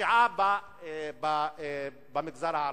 הפשיעה במגזר הערבי,